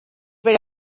per